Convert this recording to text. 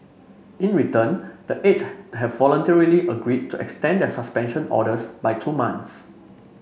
in return the eight have voluntarily agreed to extend their suspension orders by two months